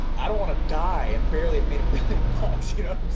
i don't wanna die and barely have made a million bucks, you know